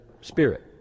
Spirit